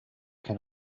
can